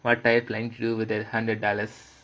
what are you planning to do with the hundred dollars